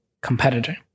competitor